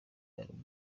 album